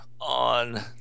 on